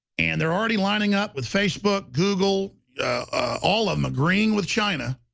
and they're already lining up with facebook, google all of them agreeing with china